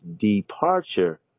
departure